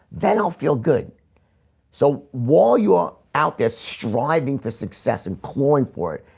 then i'll feel good so while you are out there striving for success and pouring for it,